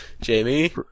Jamie